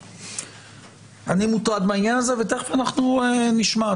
אני מוטרד מהעניין הזה, ותיכף נשמע.